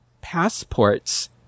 passports